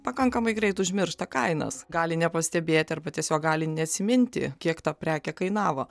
pakankamai greit užmiršta kainas gali nepastebėti arba tiesiog gali neatsiminti kiek ta prekė kainavo